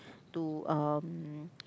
to um